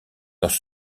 dans